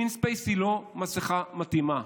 Clean Space היא לא מסכה מתאימה.